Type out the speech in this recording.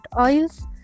oils